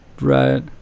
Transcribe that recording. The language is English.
Right